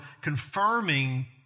confirming